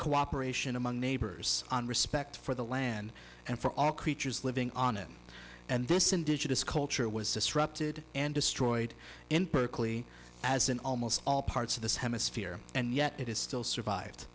cooperation among neighbors on respect for the land and for all creatures living on it and this indigenous culture was disrupted and destroyed in perfectly as in almost all parts of this hemisphere and yet it is still survived